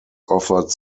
offered